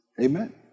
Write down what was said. Amen